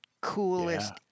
coolest